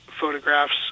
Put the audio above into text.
photographs